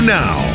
now